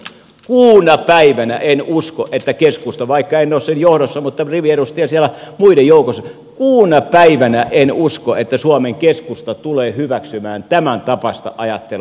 kuuna päivänä en usko että keskusta vaikka en ole sen johdossa mutta riviedustajana siellä muiden joukossa kuuna päivänä en usko että suomen keskusta tulee hyväksymään tämäntapaista ajattelua